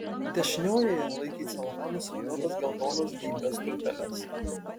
dešiniojoje laikė į celofaną suvyniotas geltonas geibias tulpeles